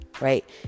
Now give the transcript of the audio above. Right